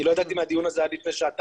אני לא ידעתי על הדיון הזה עד לפני שעתיים